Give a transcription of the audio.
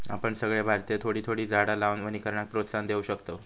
आपण सगळे भारतीय थोडी थोडी झाडा लावान वनीकरणाक प्रोत्साहन देव शकतव